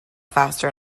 faster